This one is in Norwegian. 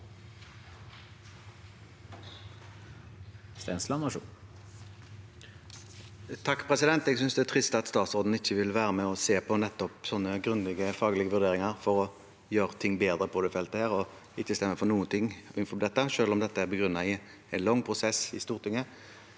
(H) Jeg synes det er trist at statsråden ikke vil være med og se på nettopp sånne grundige faglige vurderinger for å gjøre ting bedre på dette feltet, og ikke vil støtte noe av dette, selv om det er begrunnet i en lang prosess i Stortinget